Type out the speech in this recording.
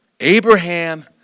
Abraham